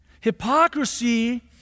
Hypocrisy